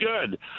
Good